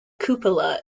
cupola